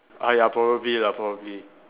ah ya probably lah probably